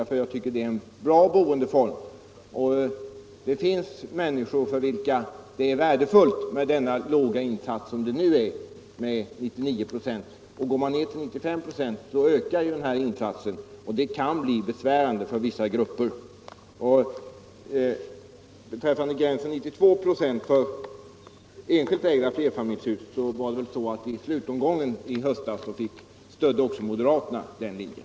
Bostadsrätt är en bra boendeform, och det finns människor för vilka det är värdefullt med den låga insats man nu har vid en lånegräns på 99 96. Går man ner till 95 96 ökar insatsen, och det kan bli besvärande för vissa grupper. När det gäller gränsen 92 96 för enskilt ägda flerfamiljshus stödde också moderaterna i slutomgången i höstas den linjen.